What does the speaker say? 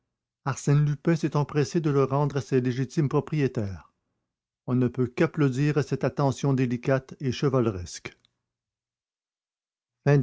arsène lupin s'est empressé de le rendre à ses légitimes propriétaires on ne peut qu'applaudir à cette attention délicate et chevaleresque